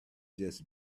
just